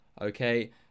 okay